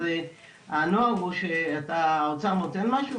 אז הנוהל הוא שהאוצר נותן משהו,